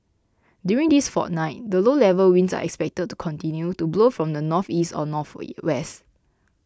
during this fortnight the low level winds are expected to continue to blow from the northeast or west